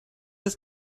ist